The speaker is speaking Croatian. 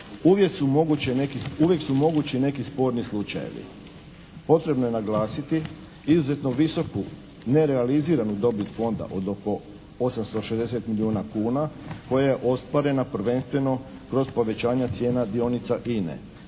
uvijek su moći neki sporni slučajevi. Potrebno je naglasiti izuzetno visoku nerealiziranu dobit Fonda od oko 860 milijuna kuna, koja je ostvarena prvenstveno kroz povećanje cijena dionica INA-e.